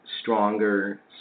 stronger